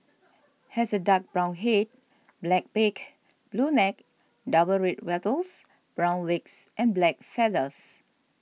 has a dark brown head black beak blue neck double red wattles brown legs and black feathers